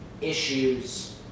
issues